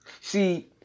See